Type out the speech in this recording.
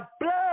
blood